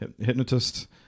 hypnotist